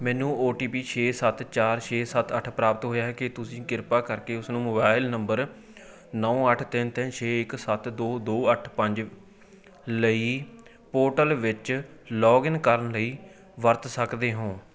ਮੈਨੂੰ O T P ਛੇ ਸੱਤ ਚਾਰ ਛੇ ਸੱਤ ਅੱਠ ਪ੍ਰਾਪਤ ਹੋਇਆ ਹੈ ਕੀ ਤੁਸੀਂ ਕਿਰਪਾ ਕਰਕੇ ਉਸ ਨੂੰ ਮੋਬਾਇਲ ਨੰਬਰ ਨੌ ਅੱਠ ਤਿੰਨ ਤਿੰਨ ਛੇ ਇੱਕ ਸੱਤ ਦੋ ਦੋ ਅੱਠ ਪੰਜ ਲਈ ਪੋਰਟਲ ਵਿੱਚ ਲੌਗਇਨ ਕਰਨ ਲਈ ਵਰਤ ਸਕਦੇ ਹੋ